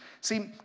See